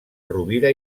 rovira